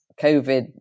COVID